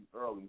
early